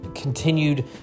Continued